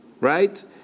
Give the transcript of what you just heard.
right